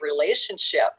relationship